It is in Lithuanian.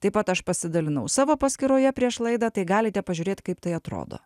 taip pat aš pasidalinau savo paskyroje prieš laidą tai galite pažiūrėti kaip tai atrodo